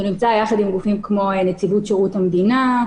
שנמצא יחד עם גופים כמו נציבות שירות המדינה,